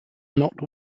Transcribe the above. not